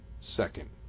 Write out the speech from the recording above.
second